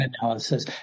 analysis